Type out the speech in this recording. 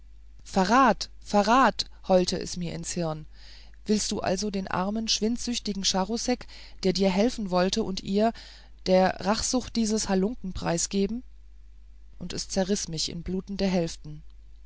verrat verrat heulte es mir ins hirn du willst also den armen schwindsüchtigen charousek der dir helfen wollte und ihr der rachsucht dieses halunken preisgeben und es zerriß mich in blutende hälften